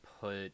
put